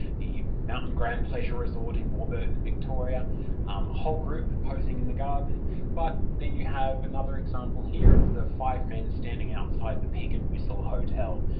the mountain grand pleasure resort in warburton, victoria, a um whole group posing in the garden but then you have another example here of the five men standing outside the pig and whistle hotel.